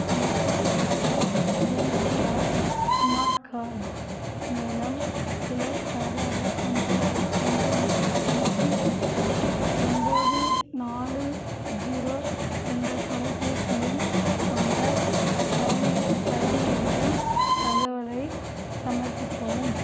சமர்ப்பிக்கப்பட்ட NPR smart card மூலம் எழுபத்தாறு அறுபத்தொம்போது அறுபத்ரெண்டு முப்பத்தஞ்சு ஒம்பது நாலு ஜீரோ என்ற தொலைபேசி எண் கொண்ட பயனரி பயணியரிடம் தகவலைச் சரிபார்க்கவும்